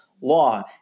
law